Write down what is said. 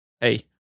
hey